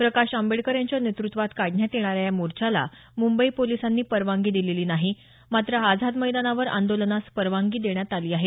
प्रकाश आंबेडकर यांच्या नेतत्त्वात काढण्यात येणाऱ्या या मोर्चाला मुंबई पोलिसांनी परवानगी दिलेली नाही मात्र आझाद मैदानावर आंदोलनास परवानगी देण्यात आली आहे